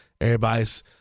everybody's